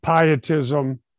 pietism